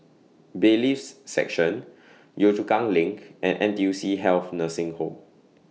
Bailiffs' Section Yio Chu Kang LINK and N T U C Health Nursing Home